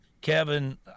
Kevin